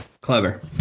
Clever